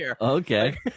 okay